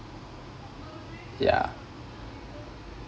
yeah